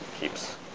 keeps